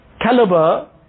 caliber